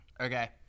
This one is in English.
Okay